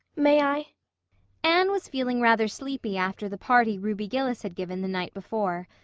may i anne was feeling rather sleepy after the party ruby gillis had given the night before.